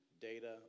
Data